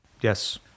Yes